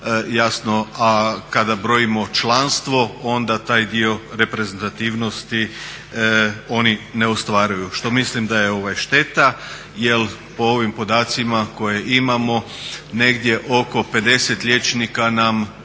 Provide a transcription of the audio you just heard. A kada brojimo članstvo onda taj dio reprezentativnosti oni ne ostvaruju. Što mislim da je šteta jer po ovim podacima koje imamo negdje oko 50 liječnika nam